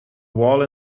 wall